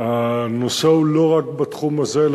והנושא הוא לא רק בתחום הזה,